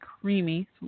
Creamy